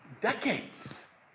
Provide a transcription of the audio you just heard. Decades